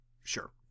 sure